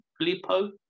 Filippo